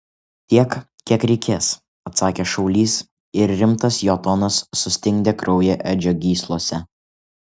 tiek kiek reikės atsakė šaulys ir rimtas jo tonas sustingdė kraują edžio gyslose